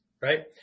right